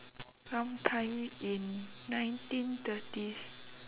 some time in nineteen thirties